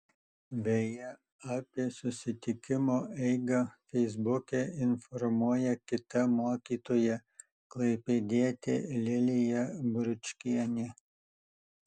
beje apie susitikimo eigą feisbuke informuoja kita mokytoja klaipėdietė lilija bručkienė